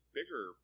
bigger